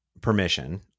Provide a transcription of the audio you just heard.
Permission